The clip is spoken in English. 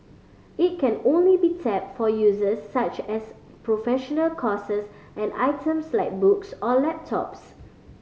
it can only be tapped for uses such as professional courses and items like books or laptops